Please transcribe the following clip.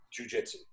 jujitsu